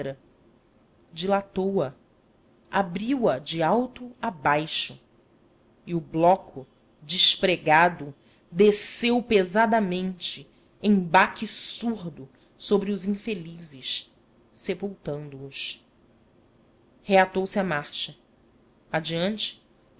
pedra dilatou a abriu-a de alto a baixo e o bloco despregado desceu pesadamente em baque surdo sobre os infelizes sepultando os reatou se a marcha adiante